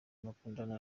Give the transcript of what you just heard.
mukundana